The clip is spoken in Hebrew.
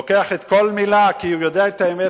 לוקח כל מלה כי הוא יודע את האמת,